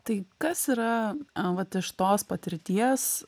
tai kas yra vat iš tos patirties